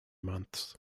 months